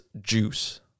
Juice